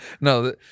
No